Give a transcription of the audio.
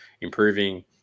improving